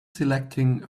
selecting